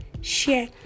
share